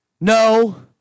No